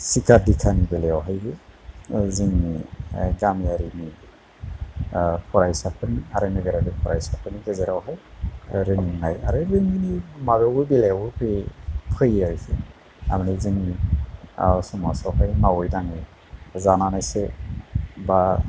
सिखा दिखानि बेलायावहायबो जोंनि गामियारिनि फरायसाफोरनि आरो नोगोरारि फरायसाफोरनि गेजेरावहाय रोंनाय आरो रोङैनि माबायावबो बेलायावबो फैयो फैयो आरोखि आरो जोंनि समाजआवहाय मावै दाङै जानानैसो बा